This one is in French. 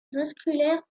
vasculaires